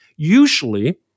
usually